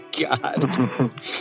God